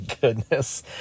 goodness